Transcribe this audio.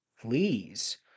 please